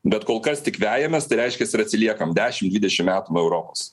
bet kol kas tik vejamės tai reiškias ir atsiliekam dešimt dvidešimt metų nuo europos